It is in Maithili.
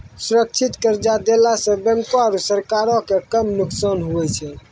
सुरक्षित कर्जा देला सं बैंको आरू सरकारो के कम नुकसान हुवै छै